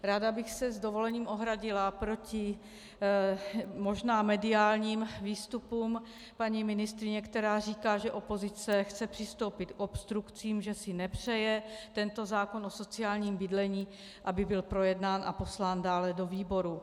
Ráda bych se s dovolením ohradila proti možná mediálním výstupům paní ministryně, která říká, že opozice chce přistoupit k obstrukcím, že si nepřeje tento zákon o sociálním bydlení, aby byl projednán a poslán dále do výborů.